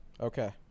Okay